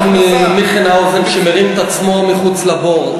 את הברון מינכהאוזן שמרים את עצמו מחוץ לבור.